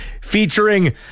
featuring